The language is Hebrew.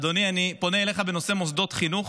אדוני, אני פונה אליך בנושא מוסדות חינוך.